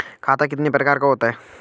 खाता कितने प्रकार का होता है?